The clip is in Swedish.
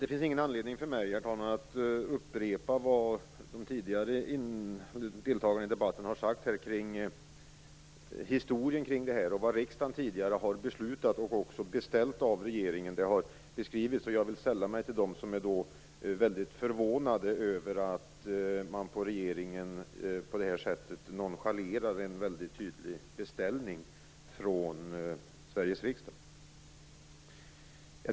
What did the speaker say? Det finns ingen anledning för mig att upprepa vad de tidigare deltagarna i debatten har sagt om historien kring det här, vad riksdagen tidigare har beslutat och även beställt av regeringen - det har beskrivits. Jag vill sälla mig till dem som är väldigt förvånade över att regeringen på det här sättet nonchalerar en väldigt tydlig beställning från Sveriges riksdag.